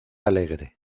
alegre